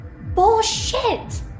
Bullshit